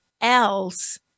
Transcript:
else